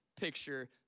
picture